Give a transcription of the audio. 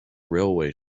railway